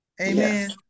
Amen